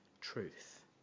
truth